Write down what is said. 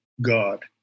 God